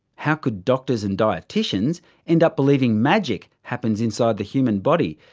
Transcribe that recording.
how could doctors and dietitians end up believing magic happens inside the human body,